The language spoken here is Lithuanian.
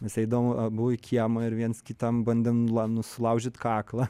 visai įdomu abu į kiemą ir viens kitam bandėm lanu sulaužyt kaklą